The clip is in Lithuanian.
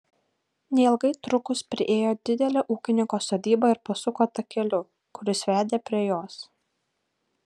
neilgai trukus priėjo didelę ūkininko sodybą ir pasuko takeliu kuris vedė prie jos